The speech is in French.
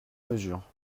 mesure